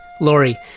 Lori